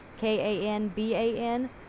K-A-N-B-A-N